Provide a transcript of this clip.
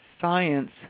science